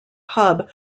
hub